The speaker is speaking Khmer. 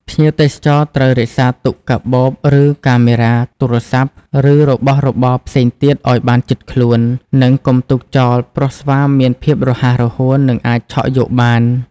ភ្ញៀវទេសចរ ត្រូវរក្សាទុកកាបូប កាមេរ៉ា ទូរសព្ទ ឬរបស់របរផ្សេងទៀតឱ្យបានជិតខ្លួន និងកុំទុកចោលព្រោះស្វាមានភាពរហ័សរហួន និងអាចឆក់យកបាន។